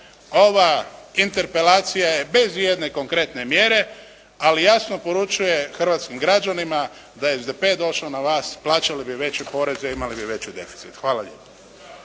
Ova interpelacija je bez ijedne konkretne mjere ali jasno poručuje hrvatskim građanima da je SDP došao na vlast plaćali bi veće poreze i imali bi veći deficit. Hvala lijepo.